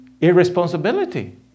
irresponsibility